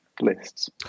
lists